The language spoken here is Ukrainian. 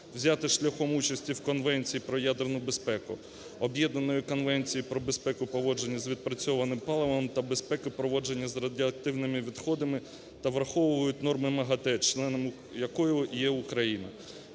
взяті шляхом участі у Конвенції про ядерну безпеку, об'єднаної Конвенції про безпеку поводження з відпрацьованим паливом та безпеку проводження з радіоактивними відходами та враховують норми МАГАТЕ, членом якої є Україна,